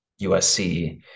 usc